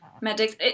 Medics